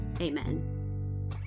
Amen